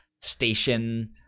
station